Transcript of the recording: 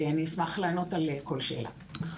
אשמח לענות על כל שאלה.